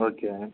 okay